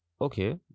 okay